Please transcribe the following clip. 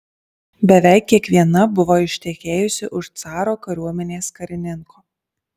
beveik kiekviena buvo ištekėjusi už caro kariuomenės karininko